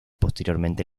posteriormente